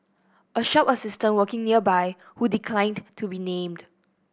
a shop assistant working nearby who declined to be named